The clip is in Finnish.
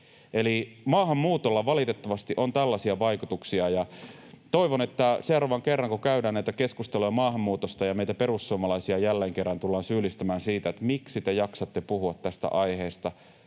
maahanmuutolla valitettavasti on tällaisia vaikutuksia, ja toivon, että seuraavan kerran, kun käydään näitä keskusteluja maahanmuutosta ja meitä perussuomalaisia jälleen kerran tullaan syyllistämään siitä: ”miksi te jaksatte puhua tästä aiheesta,